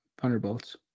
Thunderbolts